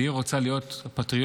והיא רוצה להיות פטריוטית,